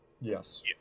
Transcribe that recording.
Yes